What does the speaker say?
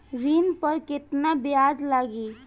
ऋण पर केतना ब्याज लगी?